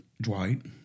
Dwight